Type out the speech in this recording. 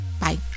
Bye